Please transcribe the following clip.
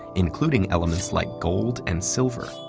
including elements like gold and silver,